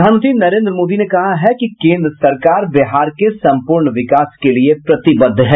प्रधानमंत्री नरेंद्र मोदी ने कहा है कि केंद्र सरकार बिहार के संपूर्ण विकास के लिये प्रतिबद्ध है